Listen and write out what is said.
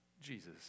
Jesus